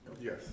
Yes